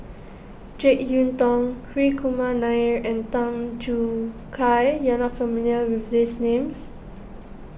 Jek Yeun Thong Hri Kumar Nair and Tan Choo Kai you are not familiar with these names